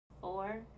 four